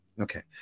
Okay